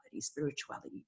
spirituality